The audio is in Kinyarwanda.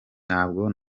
ntabwo